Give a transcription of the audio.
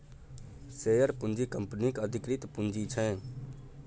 share पूँजी कंपनीक अधिकृत पुंजी छै